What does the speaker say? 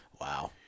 Wow